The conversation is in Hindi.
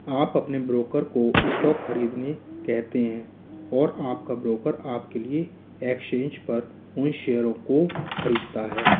आप अपने ब्रोकर को स्टॉक खरीदने कहते हैं और आपका ब्रोकर आपके लिए एक्सचेंज पर उन शेयरों को खरीदता है